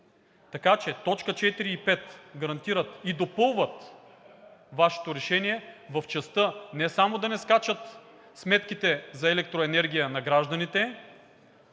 Така че т. 4 и т. 5 гарантират и допълват Вашето решение в частта не само да не скачат сметките за електроенергия на гражданите,